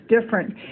different